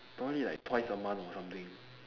probably like twice a month or something